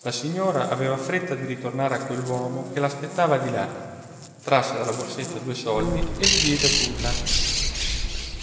la signora aveva fretta di ritornare a quell'uomo che l'aspettava di là trasse dalla borsetta due soldi e li diede a tuta